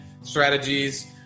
strategies